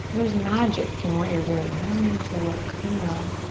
there's magic in what you're doing. you don't need to look, you know.